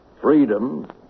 Freedom